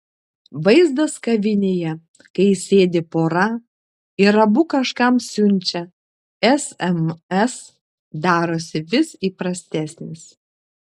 vaizdas kavinėje kai sėdi pora ir abu kažkam siunčia sms darosi vis įprastesnis